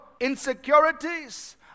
insecurities